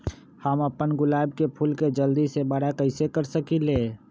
हम अपना गुलाब के फूल के जल्दी से बारा कईसे कर सकिंले?